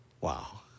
Wow